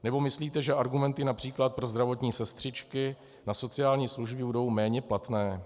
Nebo myslíte, že argumenty např. pro zdravotní sestřičky na sociální služby budou méně platné?